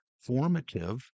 formative